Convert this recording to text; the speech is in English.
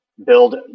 build